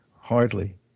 hardly